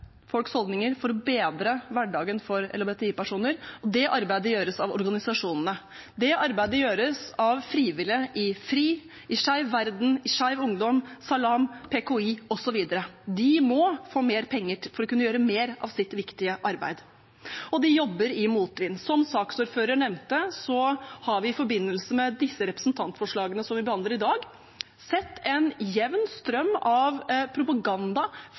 folks holdninger, for å bedre hverdagen for LHBTI-personer. Det arbeidet gjøres av organisasjonene. Det arbeidet gjøres av frivillige i FRI, Skeiv verden, Skeiv Ungdom, Salam, PKI, osv. De må få mer penger for å kunne gjøre mer av sitt viktige arbeid. De jobber i motvind. Som saksordføreren nevnte, har vi i forbindelse med de representantforslagene vi behandler i dag, sett en jevn strøm av propaganda,